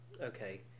okay